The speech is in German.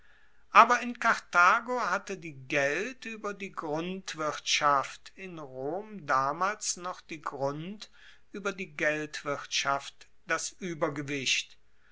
aber in karthago hatte die geld ueber die grundwirtschaft in rom damals noch die grund ueber die geldwirtschaft das uebergewicht